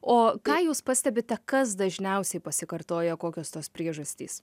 o ką jūs pastebite kas dažniausiai pasikartoja kokios tos priežastys